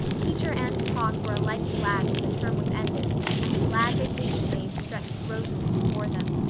teacher and taught were alike glad when the term was ended and the glad vacation days stretched rosily before them.